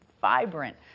vibrant